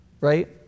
Right